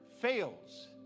fails